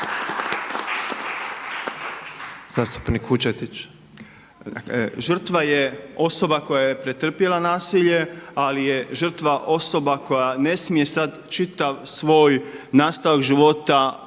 (Nezavisni)** Žrtva je osoba koja je pretrpjela nasilje, ali je žrtva osoba koja ne smije sad čitav svoj nastavak života svesti